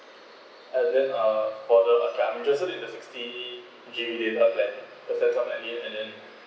and then uh for the also need the sixty G_B data plan because that's what I need and then